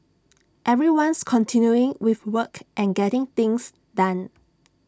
everyone's continuing with work and getting things done